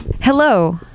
Hello